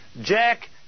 Jack